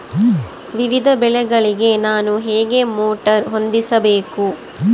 ವಿವಿಧ ಬೆಳೆಗಳಿಗೆ ನಾನು ಹೇಗೆ ಮೋಟಾರ್ ಹೊಂದಿಸಬೇಕು?